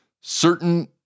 Certain